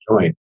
join